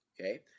Okay